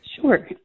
Sure